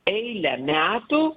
eilę metų